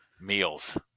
Meals